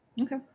okay